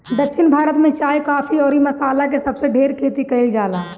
दक्षिण भारत में चाय, काफी अउरी मसाला के सबसे ढेर खेती कईल जाला